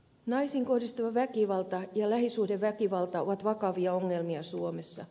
naisiin kohdistuva väkivalta ja lähisuhdeväkivalta ovat vakavia ongelmia suomessa